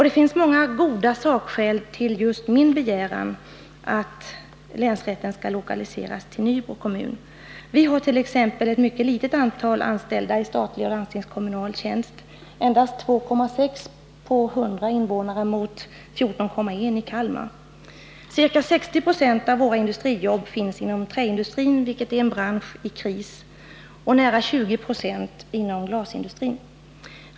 Det finns många goda sakskäl för min begäran att länsrätten skall lokaliseras till Nybro. Vi hart.ex. ett mycket litet antal anställda i statlig och landstingskommunal tjänst, endast 2,6 på 100 invånare mot 14,1 i Kalmar. Ca 60 260 av våra industriarbeten återfinns inom träindustrin, en bransch i kris, och närmare 20 26 inom glasindustrin.